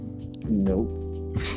Nope